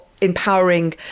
empowering